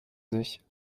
sich